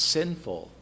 sinful